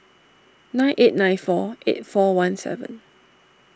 nine eight nine four eight four one seven